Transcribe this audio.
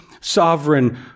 sovereign